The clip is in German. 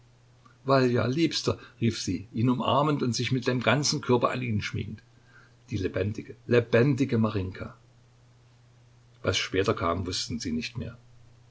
valja liebster rief sie ihn umarmend und sich mit dem ganzen körper an ihn schmiegend die lebendige lebendige marinjka was später kam wußten sie nicht mehr